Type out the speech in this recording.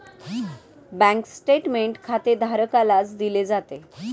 bank statement खातेधारकालाच दिले जाते